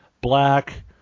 Black